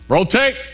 Rotate